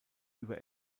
über